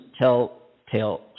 telltale